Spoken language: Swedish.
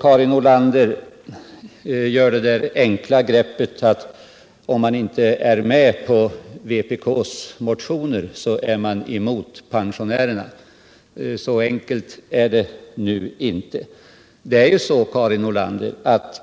Karin Nordlander gjorde det enkla greppet att säga att om man inte är med på vpk:s motioner så är man emot pensionärerna. Så enkelt är det nu inte.